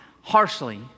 harshly